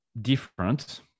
different